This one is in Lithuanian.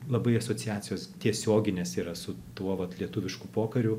labai asociacijos tiesioginės yra su tuo vat lietuvišku pokariu